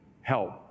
help